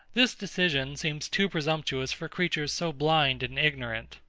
this decision seems too presumptuous for creatures so blind and ignorant.